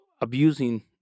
abusing